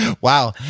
Wow